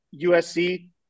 USC